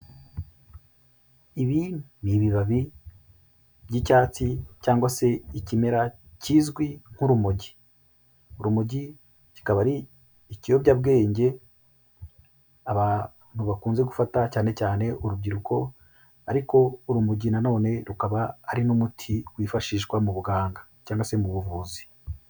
Ibi ni ibibabi by'icyatsi cyangwa se ikimera kizwi nk'urumogi, urumogi kikaba ari ikiyobyabwenge abantu bakunze gufata cyane cyane urubyiruko, ariko urumogi nanone rukaba ari n'umuti wifashishwa mu buganga cyangwa se mu buvuzi.